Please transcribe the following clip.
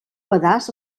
pedaç